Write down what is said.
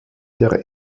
der